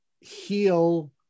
heal